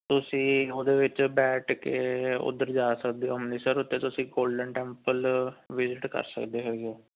ਤੁਸੀਂ ਉਹਦੇ ਵਿੱਚ ਬੈਠ ਕੇ ਉੱਧਰ ਜਾ ਸਕਦੇ ਹੋ ਅੰਮ੍ਰਿਤਸਰ ਉਤੇ ਤੁਸੀਂ ਗੋਲਡਨ ਟੈਂਪਲ ਵਿਜ਼ਿਟ ਕਰ ਸਕਦੇ ਹੈਗੇ ਹੋ